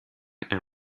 and